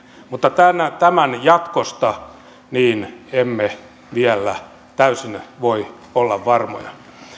mutta tämän jatkosta emme vielä voi olla täysin varmoja